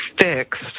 fixed